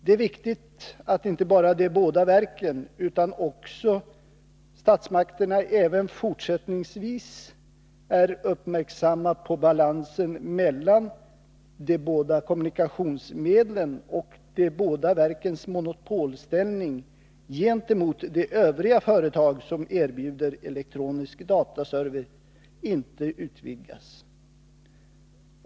Det är viktigt att inte bara de båda verken utan också statsmakterna även fortsättningsvis är uppmärksamma på balansen mellan de båda kommunikationsmedlen och att de båda verkens monopolställning gentemot de övriga företag som erbjuder elektronisk dataservice inte utvidgas.